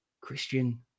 Christian